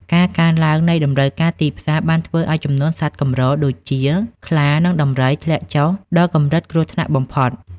ការកើនឡើងនៃតម្រូវការទីផ្សារបានធ្វើឱ្យចំនួនសត្វកម្រ ដូចជាខ្លា និងដំរី ធ្លាក់ចុះដល់កម្រិតគ្រោះថ្នាក់បំផុត។